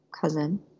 cousin